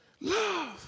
love